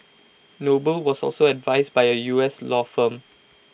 noble was also advised by A U S law firm